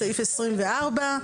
בסעיף 24,